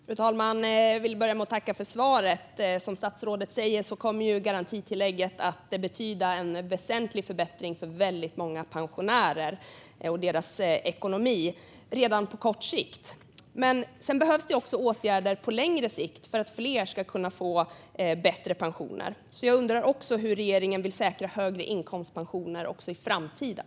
Fru talman! Jag vill börja med att tacka för svaret. Som statsrådet säger kommer garantitillägget att betyda en väsentlig förbättring för väldigt många pensionärer och deras ekonomi redan på kort sikt. Men sedan behövs det också åtgärder på längre sikt för att fler ska kunna få bättre pensioner. Jag undrar därför hur regeringen vill säkra högre inkomstpensioner också i framtiden.